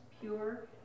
pure